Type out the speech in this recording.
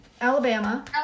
Alabama